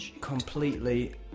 completely